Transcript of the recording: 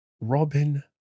Robin